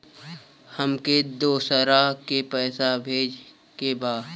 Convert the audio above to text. हमके दोसरा के पैसा भेजे के बा?